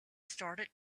started